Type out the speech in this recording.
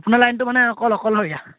আপোনাৰ লাইনটো মানে অকল অকলশৰীয়া